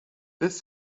this